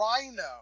Rhino